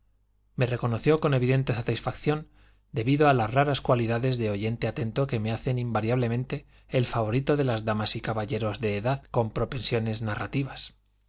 me reconoció con evidente satisfacción debido a las raras cualidades de oyente atento que me hacen invariablemente el favorito de las damas y caballeros de edad con propensiones narrativas